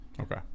Okay